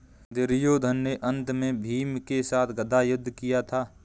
दुर्योधन ने अन्त में भीम के साथ गदा युद्ध किया था